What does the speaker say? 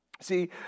See